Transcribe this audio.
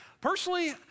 Personally